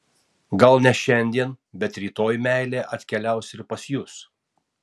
gal ne šiandien bet rytoj meilė atkeliaus ir pas jus